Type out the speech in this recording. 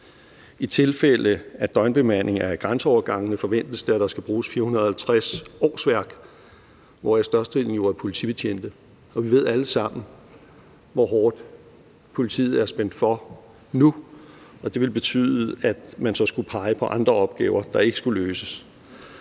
I tilfælde af døgnbemanding af grænseovergangene forventes det, at der skal bruges 450 årsværk, hvoraf størstedelen jo er politibetjente. Vi ved alle sammen, hvor hårdt politiet er spændt for nu, og det her vil betyde, at man så skulle pege på andre opgaver, der ikke skulle løses.